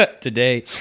today